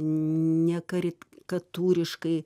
ne karikatūriškai